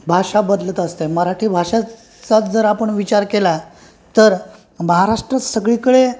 भाषा बदलत असते मराठी भाषेचाच जर आपण विचार केला तर महाराष्ट्रात सगळीकडे